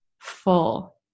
full